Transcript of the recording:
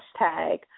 hashtag